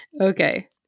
Okay